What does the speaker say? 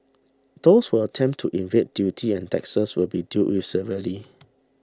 those who attempt to evade duty and taxes will be dealt with severely